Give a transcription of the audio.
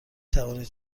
توانید